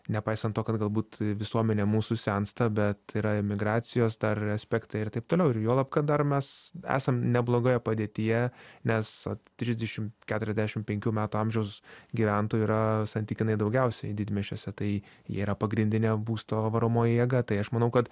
nepaisant to kad galbūt visuomenė mūsų sensta bet yra emigracijos dar aspektai ir taip toliau ir juolab kad dar mes esam neblogoje padėtyje nes trisdešim keturiasdešim penkių metų amžiaus gyventojų yra santykinai daugiausiai didmiesčiuose tai jie yra pagrindinė būsto varomoji jėga tai aš manau kad